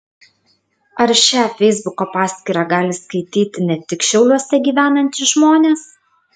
ar šią feisbuko paskyrą gali skaityti ne tik šiauliuose gyvenantys žmonės